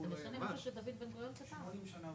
חוזרים להצביע בשעה